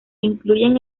incluyen